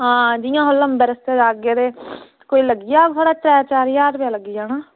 आं जियां अस लम्बा रस्ता जाह्गे ते कोई लग्गी जाह्ग साढ़ा त्रै चार ज्हार लग्गी जाना